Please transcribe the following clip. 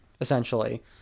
essentially